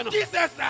Jesus